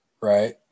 Right